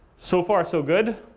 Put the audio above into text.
so far, so good.